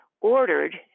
ordered